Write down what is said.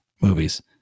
movies